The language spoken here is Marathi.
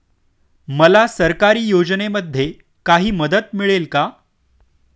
मला सरकारी योजनेमध्ये काही मदत मिळेल का?